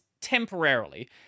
temporarily